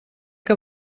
que